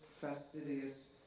fastidious